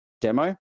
demo